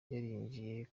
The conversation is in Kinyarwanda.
yarinjiye